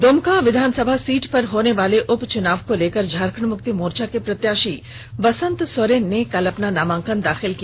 दुमका विधानसभा सीट पर होने वाले उपचुनाव को लेकर झारखंड मुक्ति मोर्चा के प्रत्याशी बसंत सोरेन ने कल अपना नामांकन दाखिल किया